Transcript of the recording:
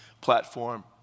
platform